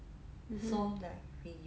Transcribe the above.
mmhmm